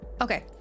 Okay